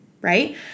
right